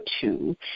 two